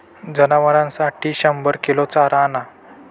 जनावरांसाठी शंभर किलो चारा आणा